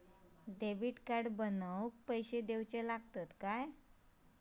Debit card बनवण्याखाती पैसे दिऊचे लागतात काय?